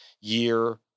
year